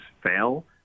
fail